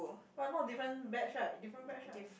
but not different batch right different batch right